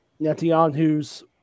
Netanyahu's